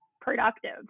productive